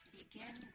Begin